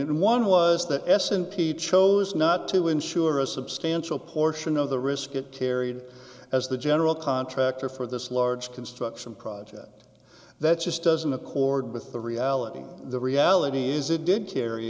and one was the s n p chose not to insure a substantial portion of the risk it carried as the general contractor for this large construction project that just doesn't accord with the reality the reality is it did carry